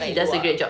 kat luar